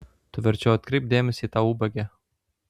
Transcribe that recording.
tu verčiau atkreipk dėmesį į tą ubagę